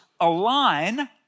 align